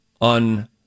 on